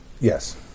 Yes